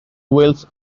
wells